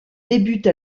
débute